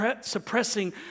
suppressing